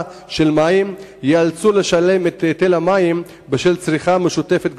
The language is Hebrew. של מים ייאלצו לשלם את היטל המים בשל צריכה משותפת גבוהה.